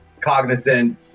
cognizant